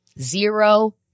zero